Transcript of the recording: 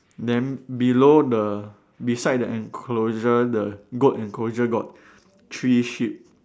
then below the beside the enclosure the goat enclosure got three sheep